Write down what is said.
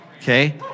okay